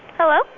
Hello